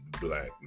black